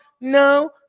no